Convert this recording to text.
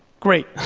great,